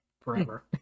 forever